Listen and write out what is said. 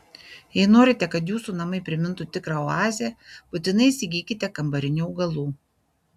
jei norite kad jūsų namai primintų tikrą oazę būtinai įsigykite kambarinių augalų